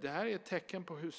Det här är ett tecken på hur